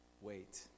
wait